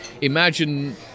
imagine